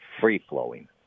free-flowing